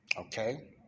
okay